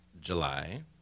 July